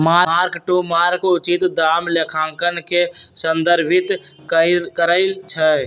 mark to market उचित दाम लेखांकन के संदर्भित करइ छै